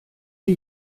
die